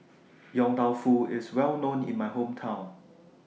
Yong Tau Foo IS Well known in My Hometown